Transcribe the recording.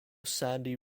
sandy